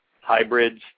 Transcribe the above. hybrids